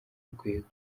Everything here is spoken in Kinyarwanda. urwego